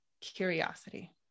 curiosity